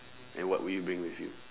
and what will you bring with you